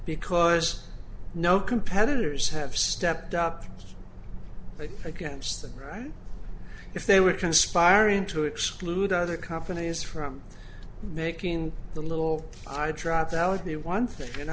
because no competitors have stepped up but against the right if they were conspiring to exclude other companies from making the little i dropped out of the one thing you